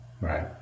right